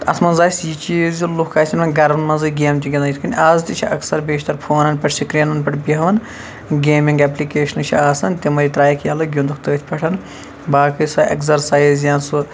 تَتھ مَنٛز آسہِ یہِ چیٖز زٕ لُکھ آسن وۄنۍ گَرَن مَنٛزٕے گیمہٕ تہِ گِنٛدان یِتھ کنۍ آز تہِ چھِ اَکثَر بیشتَر فونَن پٮ۪ٹھ سکریٖنَن پٮ۪ٹھ بیٚہوان گیمِنٛگ ایٚپلِکیشنہٕ چھِ آسان تِمے ترایَکھ یَلہٕ گِنٛدُک تٔتھۍ پیٚٹھ باقٕے سۄ ایٚگزَرسَیز یا سُہ